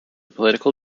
political